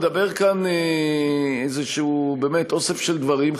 מדבר כאן באמת אוסף כלשהו של דברים,